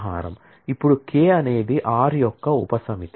ఇప్పుడు K అనేది R యొక్క ఉపసమితి